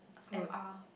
M R